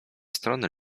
strony